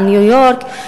על ניו-יורק.